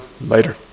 later